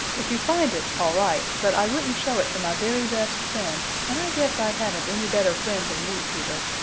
if you find it, all right but i wouldn't show it to my very best friend, and i guess i haven't any better friend than you, peter.